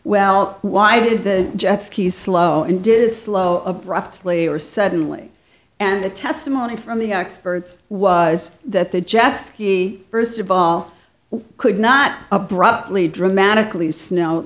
well why did the jet skis slow and did it slow abruptly or suddenly and the testimony from the experts was that the jet ski first of all could not abruptly dramatically snow